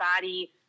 body